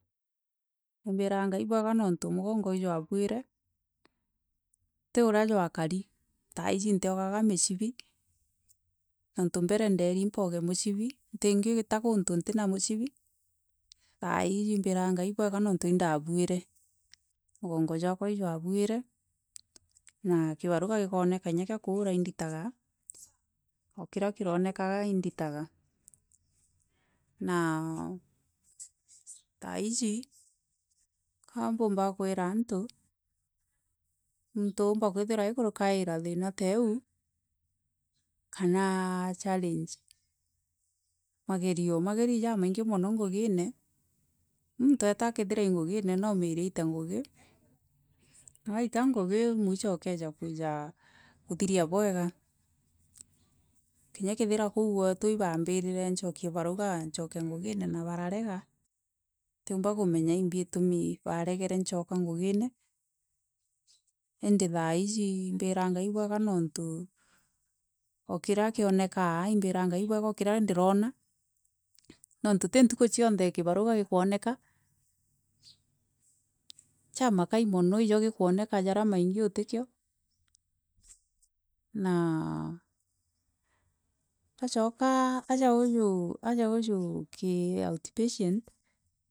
Na imbiraa ngai ibwega nonrû mûgondo ûwabire hûra jwakari thaisi ntiogaga michibi nontû mbere indairi bogage michibi, ntingita kûntû ntina micibi, thasi imbiraa ngai ibwega indabwee migongo jokwa ûwabwire na kibarûa kinya kia kûira indiraga okira kiraonekaga indiraga naa thaisi kambûmba kwia ontû mûntû aûmbika kwithira akûrûkaira thina ta ûû kana challenge, magerio ijamaingj mono ngûgire mûntû eta kehira ngûgina naûmbire aite ngûgi na ata ngûgi mûico ûkesa kwija kûhiria bwega kinya kethira koû kwetû ibamfirire naokie barisga ncooka ngûgine endi thaisi imbiraa gikooneka ja makai mûno iho kikoneeka jara maingi istikio na iwachoka asaûjû waûjikiri oûtpatient.